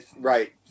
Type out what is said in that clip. Right